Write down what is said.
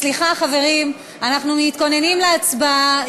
סליחה, חברים, אנחנו מתכוננים להצבעה.